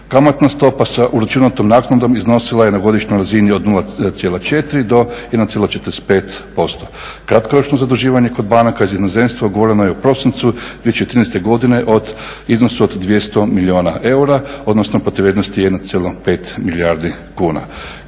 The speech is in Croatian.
Kamatna stopa sa uračunatom naknadom iznosila je na godišnjoj razini od 0,4 do 1,45%. Kratkoročno zaduživanje kod banaka iz inozemstva ugovoreno je u prosincu 2014. godine u iznosu od 200 milijuna eura odnosno protuvrijednosti 1,5 milijardi kuna.